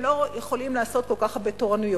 לא יכולים לעשות כל כך הרבה תורנויות,